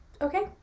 okay